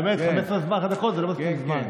באמת, 15 דקות זה לא מספיק זמן.